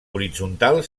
horitzontal